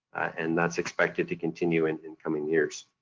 and that's expected to continue in in coming years.